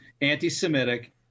anti-Semitic